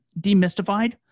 demystified